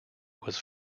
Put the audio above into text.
was